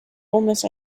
almost